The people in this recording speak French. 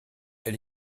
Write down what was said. elle